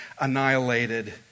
annihilated